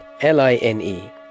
L-I-N-E